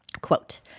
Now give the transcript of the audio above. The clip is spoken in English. quote